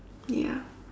ya